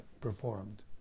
performed